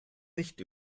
nicht